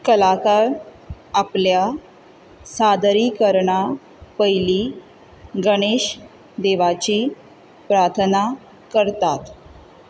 कलाकार आपल्या सादरीकरणा पयली गणेश देवाची प्रार्थना करतात